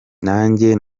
nanjye